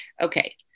Okay